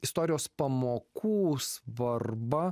istorijos pamokų svarbą